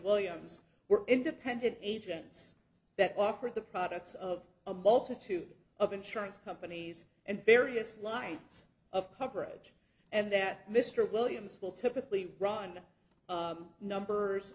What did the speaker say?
williams were independent agents that offer the products of a multitude of insurance companies and various lines of coverage and that mr williams will typically run the numbers